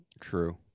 True